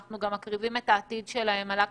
העתיד של הרבה